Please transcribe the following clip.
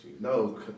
no